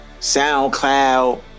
SoundCloud